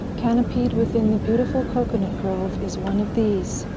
canopied within the beautiful coconut grove, is one of these.